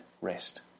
rest